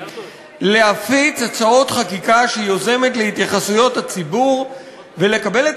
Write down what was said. להפיץ הצעות חקיקה שהיא יוזמת להתייחסויות הציבור ולקבל את